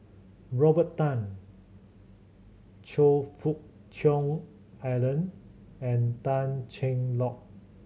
Robert Tan Choe Fook Cheong Alan and Tan Cheng Lock